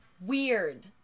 Weird